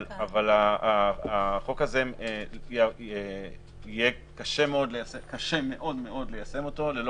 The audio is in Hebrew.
אבל את החוק הזה יהיה קשה מאוד מאוד ליישם ללא